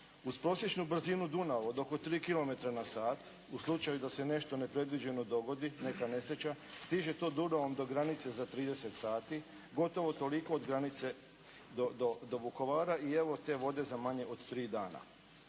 Uz prosječnu brzinu Dunav od oko 3 kilometra na sat u slučaju da se nešto nepredviđeno dogodi, neka nesreća stiže to Dunavom do granice za 30 sati, gotovo toliko od granice do Vukovara i evo te vode za manje od 3 dana.